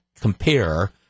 compare